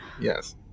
Yes